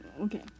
okay